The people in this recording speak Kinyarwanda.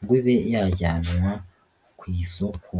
ngo ibe yajyanwa ku isoko.